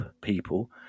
people